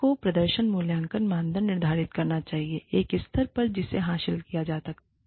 एक को प्रदर्शन मूल्यांकन मानदंड निर्धारित करना चाहिए एक स्तर पर जिसे हासिल किया जा सकता है